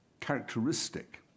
characteristic